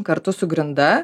kartu su grinda